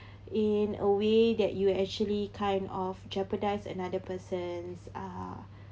in a way that you actually kind of jeopardise another person's uh